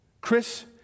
Chris